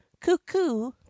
cuckoo